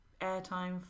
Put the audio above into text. airtime